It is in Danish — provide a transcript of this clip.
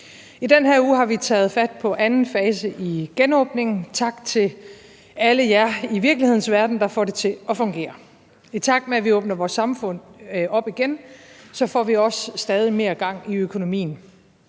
I den her uge har vi taget fat på anden fase i genåbningen. Tak til alle jer i virkelighedens verden, der får det til at fungere. I takt med at vi åbner vores samfund op igen, får vi også stadig mere gang i økonomien.